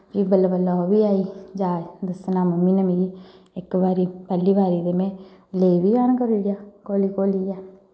फ्ही बल्लैं बल्लैं ओह् बी आई जाच दस्सना मम्मी ने मिगी इक बारी पैह्ली बारी ते में लेवी जन करी ओड़ेआ घोली घोलियै